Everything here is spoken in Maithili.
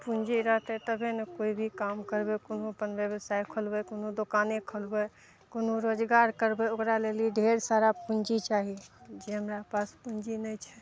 पूँजी रहतय तभे ने कोइ भी काम करबय कोनो अपन व्यवसाय खोलबय कोनो दोकाने खोलबय कोनो रोजगार करबय ओकरा लेली ढेर सारा पूँजी चाही जे हमरा पास पूँजी नहि छै